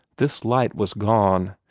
this light was gone,